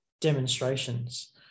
demonstrations